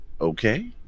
okay